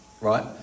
right